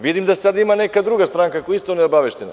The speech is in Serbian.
Vidim da sada ima neka druga stranka koja je isto neobaveštena.